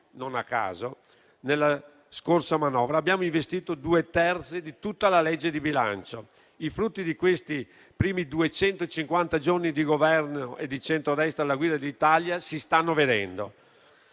non a caso, nella scorsa manovra abbiamo investito due terzi di tutta la legge di bilancio. I frutti di questi primi 250 giorni di Governo e di centrodestra alla guida di Italia si stanno vedendo: